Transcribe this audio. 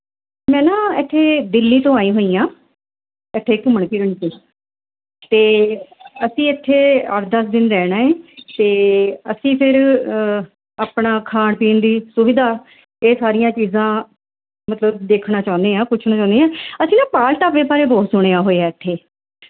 ਮੈਂ ਨਾ ਇੱਥੇ ਦਿੱਲੀ ਤੋਂ ਆਈ ਹੋਈ ਹਾਂ ਇੱਥੇ ਘੁੰਮਣ ਫਿਰਨ 'ਤੇ ਅਤੇ ਅਸੀਂ ਇੱਥੇ ਅੱਠ ਦਸ ਦਿਨ ਰਹਿਣਾ ਹੈ ਅਤੇ ਅਸੀਂ ਫਿਰ ਆਪਣਾ ਖਾਣ ਪੀਣ ਦੀ ਸੁਵਿਧਾ ਇਹ ਸਾਰੀਆਂ ਚੀਜ਼ਾਂ ਮਤਲਬ ਦੇਖਣਾ ਚਾਹੁੰਦੇ ਹਾਂ ਪੁੱਛਣਾ ਚਾਹੁੰਦੇ ਹਾਂ ਅਸੀਂ ਨਾ ਪਾਲ ਢਾਬੇ ਬਾਰੇ ਬਹੁਤ ਸੁਣਿਆ ਹੋਇਆ ਇੱਥੇ